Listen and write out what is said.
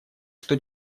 что